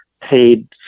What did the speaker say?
paid